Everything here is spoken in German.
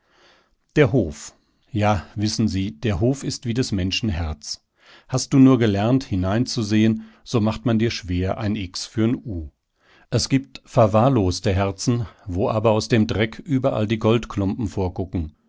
der hof ja wissen sie der hof ist wie des menschen herz hast du nur gelernt hineinzusehen so macht man dir schwer ein x für'n u es gibt verwahrloste herzen wo aber aus dem dreck überall die goldklumpen vorgucken